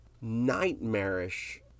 nightmarish